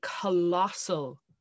colossal